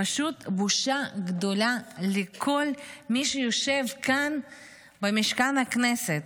-- פשוט בושה גדולה לכל מי שיושב כאן במשכן הכנסת,